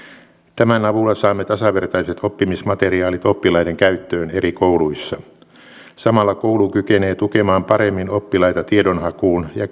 tämän avulla saamme tasavertaiset oppimismateriaalit oppilaiden käyttöön eri kouluissa samalla koulu kykenee tukemaan paremmin oppilaita tiedonhaussa ja